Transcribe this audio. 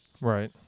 Right